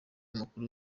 mukuru